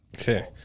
Okay